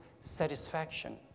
satisfaction